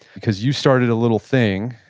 because you started a little thing,